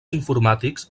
informàtics